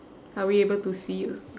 are we able to see